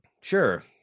Sure